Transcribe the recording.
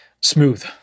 smooth